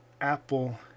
Apple